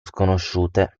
sconosciute